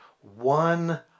one